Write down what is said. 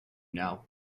now